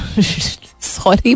Sorry